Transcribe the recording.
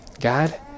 God